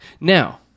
Now